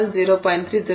3 0